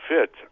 fit